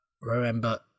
remember